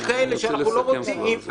אני רוצה לסכם כבר.